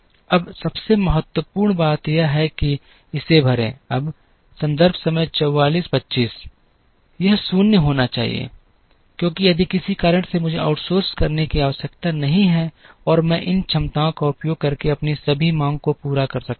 अब सबसे महत्वपूर्ण बात यह है कि इसे भरें अब यह 0 होना चाहिए क्योंकि यदि किसी कारण से मुझे आउटसोर्स करने की आवश्यकता नहीं है और मैं इन क्षमताओं का उपयोग करके अपनी सभी मांग को पूरा कर सकता हूं